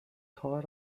تار